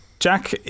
Jack